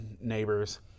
neighbors